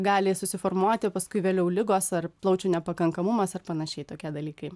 gali susiformuoti paskui vėliau ligos ar plaučių nepakankamumas ar panašiai tokie dalykai